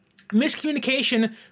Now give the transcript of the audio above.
miscommunication